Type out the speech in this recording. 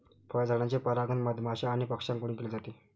फळझाडांचे परागण मधमाश्या आणि पक्ष्यांकडून केले जाते